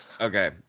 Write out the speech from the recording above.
Okay